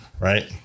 right